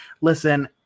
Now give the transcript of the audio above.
Listen